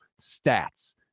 Stats